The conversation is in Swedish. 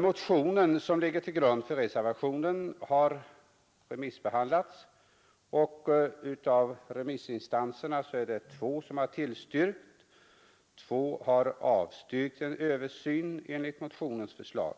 Motionen, som ligger till grund för reservationen, har remissbehandlats och två remissinstanser har tillstyrkt och två har avstyrkt en översyn enligt motionens förslag.